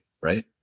right